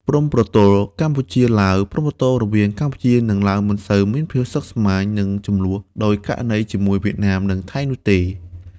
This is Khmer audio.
ព្រំប្រទល់កម្ពុជា-ឡាវ ព្រំប្រទល់រវាងកម្ពុជា និងឡាវមិនសូវមានភាពស្មុគស្មាញ និងជម្លោះដូចករណីជាមួយវៀតណាម និងថៃនោះទេ។